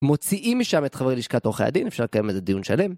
מוציאים משם את חברי לשכת עורכי הדין אפשר לקיים על זה דיון שלם.